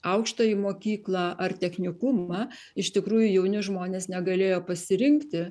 aukštąją mokyklą ar technikumą iš tikrųjų jauni žmonės negalėjo pasirinkti